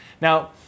Now